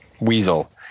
Weasel